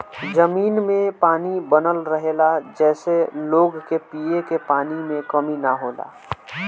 जमीन में पानी बनल रहेला जेसे लोग के पिए के पानी के कमी ना होला